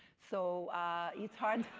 so it's hard,